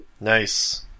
Nice